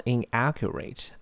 Inaccurate